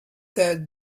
that